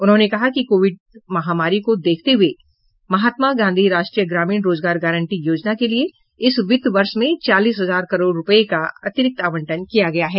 उन्होंने कहा कि कोविड महामारी को देखते हुए महात्मा गांधी राष्ट्रीय ग्रामीण रोजगार गारंटी योजना के लिए इस वित्त वर्ष में चालीस हजार करोड़ रुपए का अतिरिक्त आवंटन किया गया है